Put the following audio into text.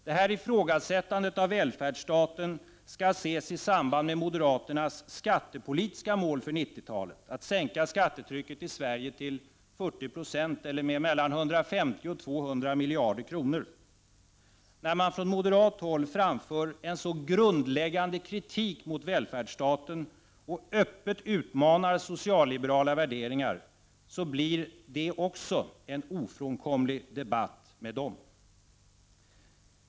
Detta ifrågasättande av välfärdsstaten skall ses i samband med moderaternas skattepolitiska mål för 90-talet, att sänka skattetrycket i Sverige till 40 7 eller med 150—200 miljarder kronor. När man från moderat håll framför en så grundläggande kritik mot välfärdsstaten och öppet utmanar socialliberala värderingar blir också en debatt med dem ofrånkomlig.